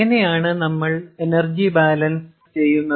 എങ്ങനെയാണ് നമ്മൾ energy balance ചെയ്യുന്നത്